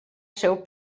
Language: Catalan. seu